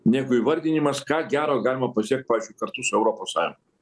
negu įvardinimas ką gero galima pasiekt pavyzdžiui kartu su europos sąjunga